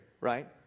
right